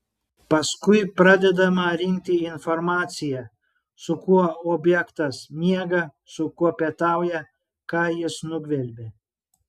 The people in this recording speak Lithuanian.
paskui pradedama rinkti informacija su kuo objektas miega su kuo pietauja ką jis nugvelbė